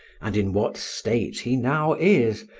and in what state he now is,